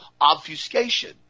obfuscation